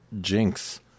Jinx